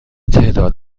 تعداد